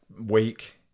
week